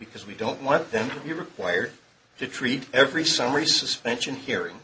because we don't want them to be required to treat every summary suspension hearing